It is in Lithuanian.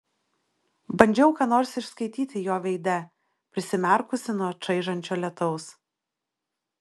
bandžiau ką nors išskaityti jo veide prisimerkusi nuo čaižančio lietaus